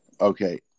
okay